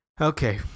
Okay